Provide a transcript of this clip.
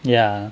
ya